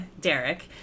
Derek